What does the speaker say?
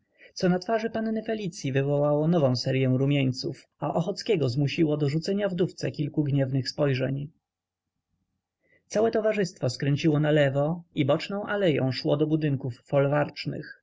co na twarzy panny felicyi wywołało nową seryą rumieńców a ochockiego zmusiło do rzucenia wdówce kilku gniewnych spojrzeń całe towarzystwo skręciło nalewo i boczną aleją szło do budynków folwarcznych